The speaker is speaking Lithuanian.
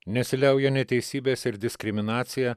nesiliauja neteisybės ir diskriminacija